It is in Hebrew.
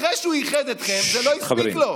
אחרי שהוא איחד אתכם, זה לא הספיק לו,